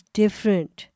different